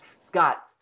Scott